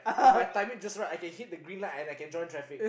If my timing just right I can hit the green light and I can join traffic